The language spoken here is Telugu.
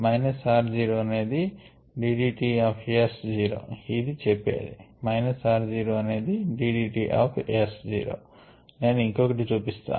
మైనస్ r జీరో అనేది d d t of S zero ఇది చెప్పేది మైనస్ r జీరోఅనేది d d t of S zero నేను ఇంకొకటి చూపిస్తాను